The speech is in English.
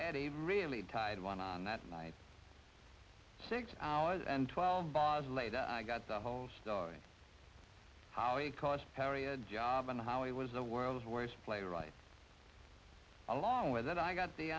and he really tied one on that night six hours and twelve bars later i got the whole story how it cost perry a job and how he was the world's worst player right along with and i got the